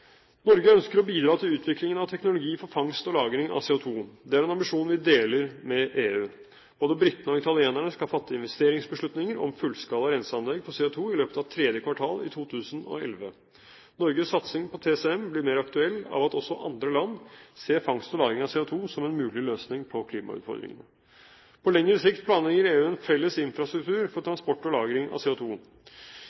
Norge ønsker å bidra til utviklingen av teknologi for fangst og lagring av CO2. Det er en ambisjon vi deler med EU. Både britene og italienerne skal fatte investeringsbeslutninger om fullskala renseanlegg for CO2 i løpet av tredje kvartal i 2011. Norges satsing på TCM blir mer aktuell av at også andre land ser fangst og lagring av CO2 som en mulig løsning på klimautfordringene. På lengre sikt planlegger EU en felles infrastruktur for